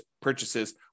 purchases